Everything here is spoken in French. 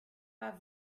pas